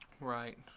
Right